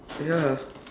ya